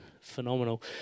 phenomenal